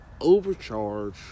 overcharge